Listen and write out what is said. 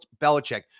Belichick